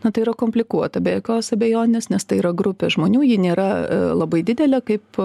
na tai yra komplikuota be jokios abejonės nes tai yra grupė žmonių ji nėra labai didelė kaip